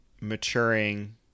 maturing